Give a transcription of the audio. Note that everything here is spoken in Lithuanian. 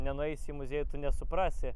nenueisi į muziejų tu nesuprasi